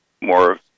more